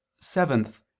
seventh